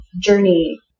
journey